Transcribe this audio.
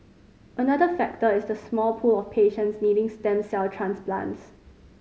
another factor is the small pool of patients needing stem cell transplants